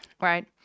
Right